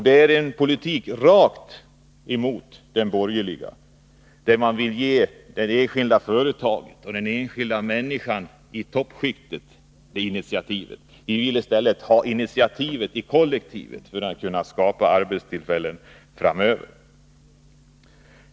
Detta är en politik som är rakt motsatt den borgerliga, där man vill ge enskilda företag och den enskilda människan i toppskiktet initiativet. Vi vill i stället att kollektivet skall ha initiativet, för att kunna skapa arbetstillfällen framöver.